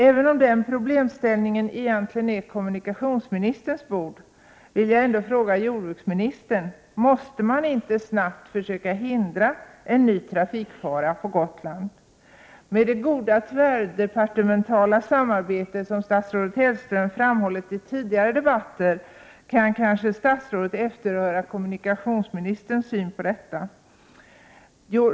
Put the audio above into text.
Även om den problemställningen egentligen är kommunikationsministerns bord, vill jag fråga jordbruksministern: Måste man inte snabbt försöka hindra en ny trafikfara på Gotland? Med det goda tvärdepartementala samarbetet som statsrådet Hellström framhållit i tidigare debatter kan statsrådet kanske efterhöra kommunikationsministerns syn på detta.